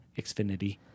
Xfinity